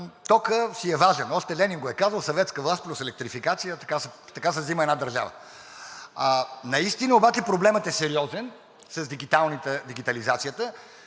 токът си е важен. Още Ленин го е казал: „Съветска власт плюс електрификация – така се взима една държава!“ Наистина обаче проблемът е сериозен с дигитализацията